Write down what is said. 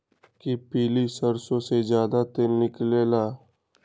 कि पीली सरसों से ज्यादा तेल निकले ला?